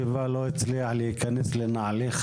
אני אקח את זה בתור מחמאה, תודה.